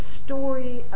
story